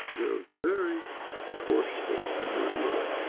they're very forceful and revealing.